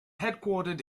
headquartered